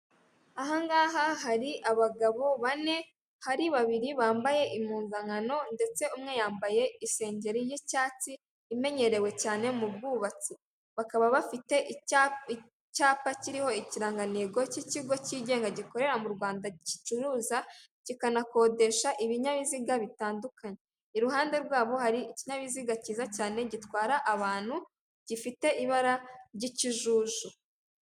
Aha ngaha hari abagabo bane, hari babiri bambaye impuzankano ndetse umwe yambaye isengeri y'icyatsi imenyerewe cyane mu bwubatsi, bakaba bafite icyapa kiriho ikirangantego cy'ikigo cyigenga gikorera mu Rwanda gicuruza kikanakodesha ibinyabiziga bitandukanye, iruhande rwabo hari ikinyabiziga cyiza cyane gitwara abantu gifite ibara ry'ikijuju.